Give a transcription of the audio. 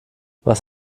was